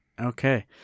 Okay